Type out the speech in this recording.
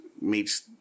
meets